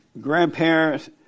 grandparents